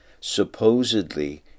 supposedly